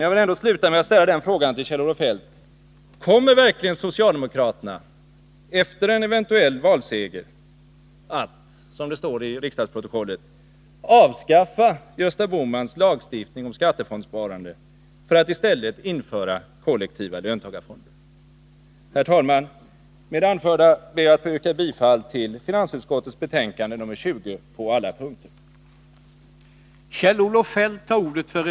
Jag vill ändå sluta med att ställa en fråga till Kjell-Olof Feldt: Kommer verkligen socialdemokraterna efter en eventuell valseger att — som det står i riksdagsprotokollet — avskaffa Gösta Bohmans lagstiftning om skattefondssparande för att i stället införa kollektiva löntagarfonder? Herr talman! Med det anförda ber jag att få yrka bifall till finansutskottets hemställan i betänkande nr 20 på alla punkter.